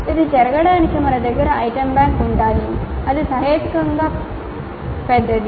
ఇది జరగడానికి మన దగ్గర ఐటెమ్ బ్యాంక్ ఉండాలి అది సహేతుకంగా పెద్దది